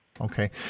Okay